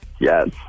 yes